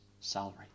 salary